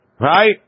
right